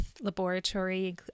laboratory